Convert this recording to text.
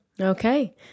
okay